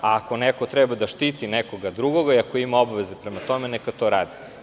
Ako neko treba da štiti nekoga drugoga i ako ima obaveze prema tome, neka to radi.